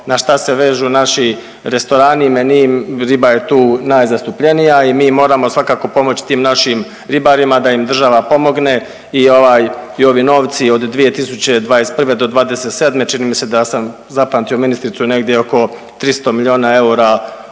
na šta se vežu naši restorani i meniji, riba je tu najzastupljenija, a i mi moramo svakako pomoći tim našim ribarima da im država pomogne i ovaj i ovi novci od 2021. do '27. čini mi se da sam zapamtio ministricu negdje oko 300 miliona eura